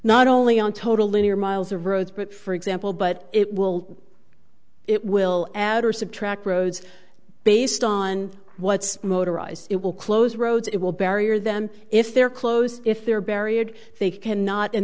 not only on total linear miles of roads but for example but it will it will add or subtract roads based on what's motorized it will close roads it will barrier them if they're close if there are barriers they cannot and